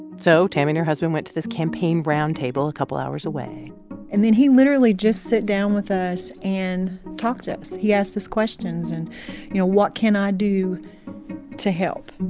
so tammy and her husband went to this campaign roundtable a couple hours away and then he literally just sat down with us and talked to us. he asked us questions and you know, what can i do to help?